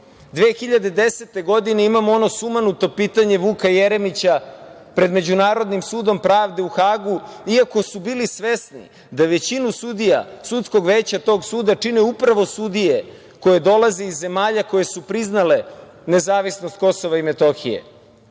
2010. imamo ono sumanuto pitanje Vuka Jeremića pred Međunarodnim sudom pravde u Hagu, iako su bili svesni da većinu sudija sudskog veća tog suda čine upravo sudije koje dolaze iz zemalja koje su priznale nezavisnost Kosova i Metohije.